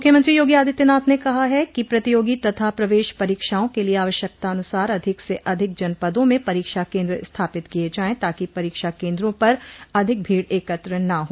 मुख्यमंत्री योगी आदित्यनाथ ने कहा कि प्रतियोगी तथा प्रवेश परीक्षाओं के लिए आवश्यकतानुसार अधिक से अधिक जनपदों में परीक्षा केन्द्र स्थापित किये जायें ताकि परीक्षा केन्द्रों पर अधिक भीड़ एकत्र न हो